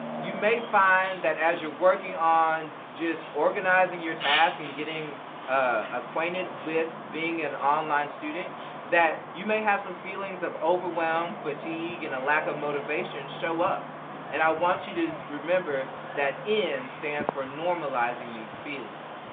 you may find that as you are working on just organizing your tasks and getting acquainted with being an online student that you may have some feelings of overwhelmed, fatigue, and a lack of motivation show up and i want you to remember that n stands for normalizing these feelings.